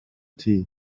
tea